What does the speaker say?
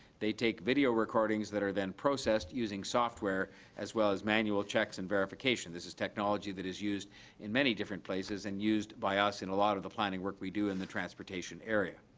they take video recordings that are then processed using software as well as manual checks and verification. this is technology that is used in many different places and used by us in a lot of the planning work we do in the transportation area.